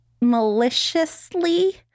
maliciously